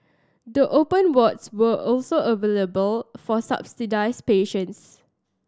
the open wards also available for subsidised patients